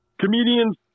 comedians